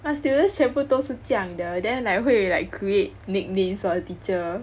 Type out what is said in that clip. but students 全部都是这样的 then like 会 like create nicknames for a teacher